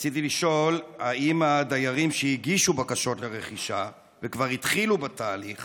רציתי לשאול: האם הדיירים שהגישו בקשות לרכישה וכבר התחילו בתהליך